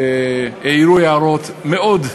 שהעירו הערות מאוד טובות,